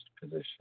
position